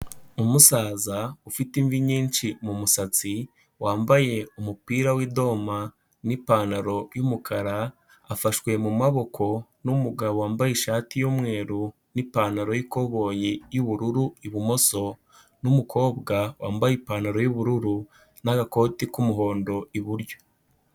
Umusaza ufite imvi nyinshi mu musatsi wambaye umupira w'idoma n'ipantaro y'umukara, afashwe mu maboko n'umugabo wambaye ishati y'umweru n'ipantaro y'ikoboyi y'ubururu ibumoso n'umukobwa wambaye ipantaro y'ubururu n'agakoti k'umuhondo iburyo.